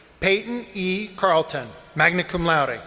payton e. carlton, magna cum laude.